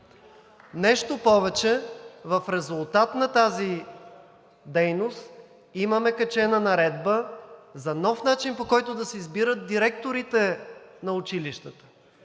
Нещо повече, в резултат на тази дейност имаме качена наредба за нов начин, по който да се избират директорите на училищата,